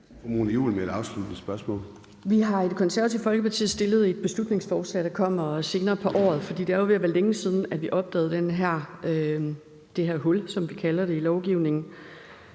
Vi har i Det Konservative Folkeparti fremsat et beslutningsforslag, der kommer senere på året. Det er jo ved at være længe siden, at vi opdagede det her hul, som vi kalder det, i lovgivningen.